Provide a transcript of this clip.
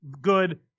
good